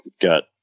got